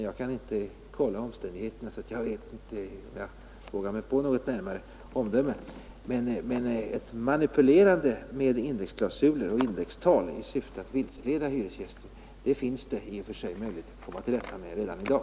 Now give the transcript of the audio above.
Jag känner inte omständigheterna, så jag vet inte om jag vågar mig på något närmare omdöme, men ett manipulerande med indexklausuler och indextal i syfte att vilseleda hyresgästen finns det i och för sig möjligheter att komma till rätta med redan i dag.